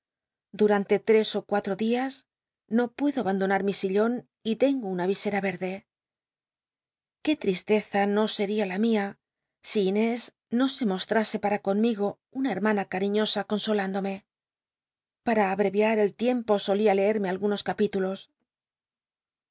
durante tres ó cuallo dias no puedo abandonar mi sillon y ten o una vi ea verde qué tl'islezn no seria la mia si inés no se mostrase para conmigo rula hermana cariñosa consol indome pam abrevial el tiempo solia leerme algunos capítulos